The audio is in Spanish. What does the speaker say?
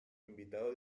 invitado